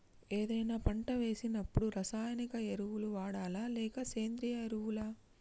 ఏదైనా పంట వేసినప్పుడు రసాయనిక ఎరువులు వాడాలా? లేక సేంద్రీయ ఎరవులా?